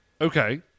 Okay